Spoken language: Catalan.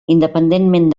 independentment